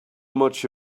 much